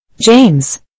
James